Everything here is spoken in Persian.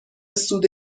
سود